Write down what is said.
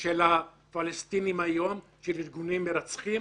של הפלסטינים היום, שהם ארגונים מרצחים,